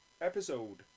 episode